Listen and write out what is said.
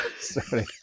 Sorry